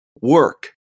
work